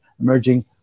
emerging